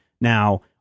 Now